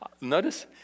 Notice